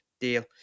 deal